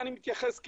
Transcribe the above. אני מתייחס,